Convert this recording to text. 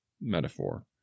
metaphor